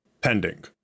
pending